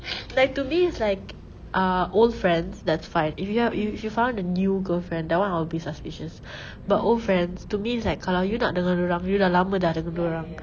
like to me it's like uh old friends that's fine if you h~ if you found a new girlfriend that [one] I'll be suspicious but old friends to me is like kalau you nak dengan dorang you dah lama dah dengan dorang